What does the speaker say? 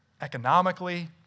economically